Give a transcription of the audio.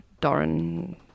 Doran